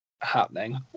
Happening